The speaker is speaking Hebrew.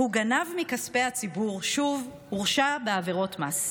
הוא גנב מכספי הציבור שוב והורשע בעבירות מס.